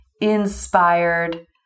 inspired